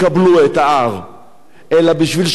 אלא כדי שאנחנו לא נקבל.